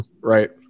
Right